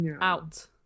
out